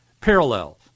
Parallel